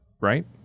right